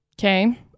Okay